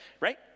Right